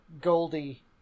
Goldie